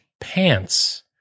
pants